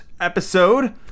episode